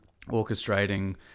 orchestrating